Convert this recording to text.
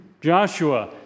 Joshua